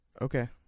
Okay